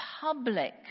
public